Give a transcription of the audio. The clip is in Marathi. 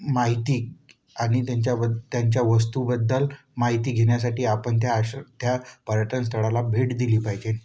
माहिती आणि त्यांच्या बद् त्यांच्या वस्तूबद्दल माहिती घेण्यासाठी आपण त्या आश्र त्या पर्यटन स्थळाला भेट दिली पाहिजे